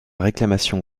réclamation